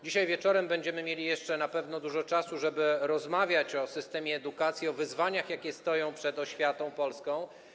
Dzisiaj wieczorem będziemy mieli jeszcze na pewno dużo czasu, żeby rozmawiać o systemie edukacji, o wyzwaniach, jakie stoją przed oświatą polską.